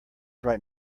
right